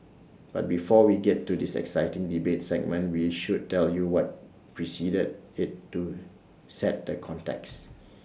but before we get to this exciting debate segment we should tell you what preceded IT to set the context